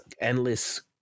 endless